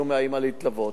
ביקשו מהאמא להתלוות.